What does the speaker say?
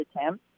attempt